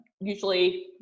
usually